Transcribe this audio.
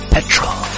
Petrol